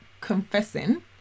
confessing